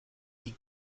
die